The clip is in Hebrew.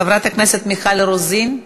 חברת הכנסת מיכל רוזין,